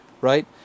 right